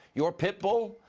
your pitbull?